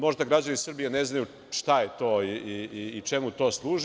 Možda građani Srbije ne znaju šta je to i čemu to služi.